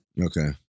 Okay